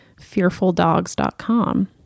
fearfuldogs.com